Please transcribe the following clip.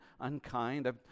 unkind